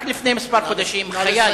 רק לפני כמה חודשים חייל,